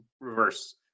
reverse